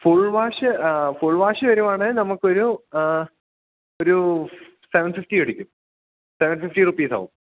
full wash full wash വരികയാണെങ്കില് നമുക്കൊരു ഒരു സെവൻ ഫിഫ്റ്റി മേടിക്കും സെവൻ ഫിഫ്റ്റി റുപ്പീസാകും